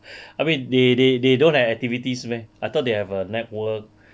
I mean they they they don't have activities meh I thought they have a network